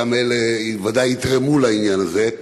גם אלה ודאי יתרמו לעניין הזה.